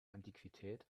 antiquität